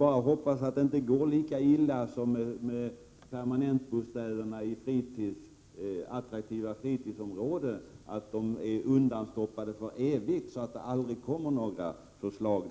Jag hoppas bara att det inte går lika illa som med permanentbostäderna i attraktiva fritidsområden, som är undanstoppade för evigt så att det aldrig kommer några förslag.